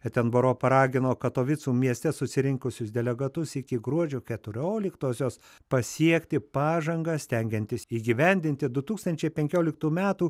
etenboro paragino katovicų mieste susirinkusius delegatus iki gruodžio keturioliktosios pasiekti pažangą stengiantis įgyvendinti du tūkstančiai penkioliktų metų